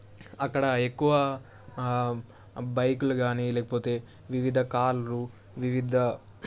అక్కడ ఎక్కువ బైకులు కానీ లేకపోతే వివిధ కార్లు వివిధ